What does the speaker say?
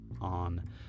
on